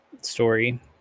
story